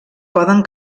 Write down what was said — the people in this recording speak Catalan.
poden